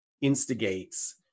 instigates